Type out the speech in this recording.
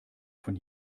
von